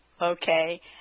Okay